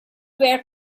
were